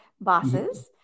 bosses